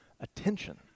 attention